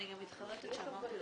הישיבה נעולה.